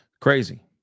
Crazy